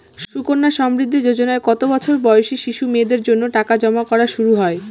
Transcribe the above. সুকন্যা সমৃদ্ধি যোজনায় কত বছর বয়সী শিশু মেয়েদের জন্য টাকা জমা করা শুরু হয়?